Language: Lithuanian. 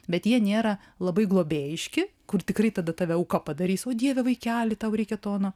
bet jie nėra labai globėjiški kur tikrai tada tave auka padarys o dieve vaikeli tau reikia to ano